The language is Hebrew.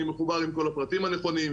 אני מחובר עם כל הפרטים הנכונים,